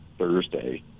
Thursday